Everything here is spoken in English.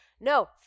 no